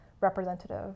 representative